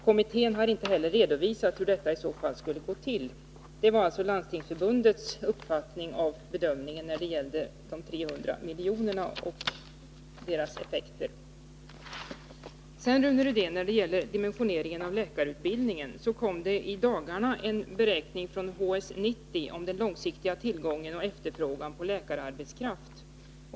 Kommittén har inte heller redovisat hur detta i så fall skulle gå till.” Detta är alltså Landstingsförbundets uppfattning när det gäller bedömningen av de 300 miljonerna och effekterna därvidlag. Beträffande dimensioneringen av läkarutbildningen kom det i dagarna, Rune Rydén, en beräkning från HS 90 av den långsiktiga tillgången och efterfrågan på läkararbetskraft.